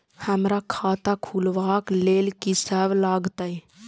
हमरा खाता खुलाबक लेल की सब लागतै?